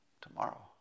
tomorrow